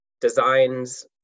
designs